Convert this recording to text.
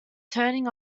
turning